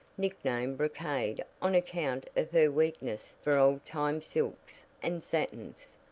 nicknamed brocade on account of her weakness for old-time silks and satins,